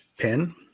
pin